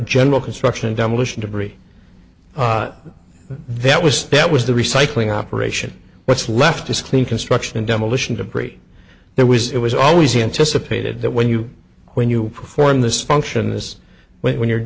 general construction demolition debris that was that was the recycling operation what's left is clean construction demolition debris there was it was always anticipated that when you when you perform this function is when you're